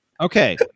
Okay